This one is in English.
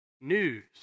news